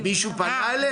מישהו פנה אליהם?